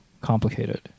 complicated